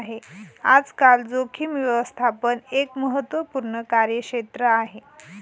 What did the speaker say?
आजकाल जोखीम व्यवस्थापन एक महत्त्वपूर्ण कार्यक्षेत्र आहे